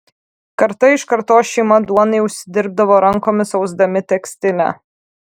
karta iš kartos šeima duonai užsidirbdavo rankomis ausdami tekstilę